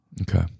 Okay